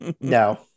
no